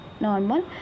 normal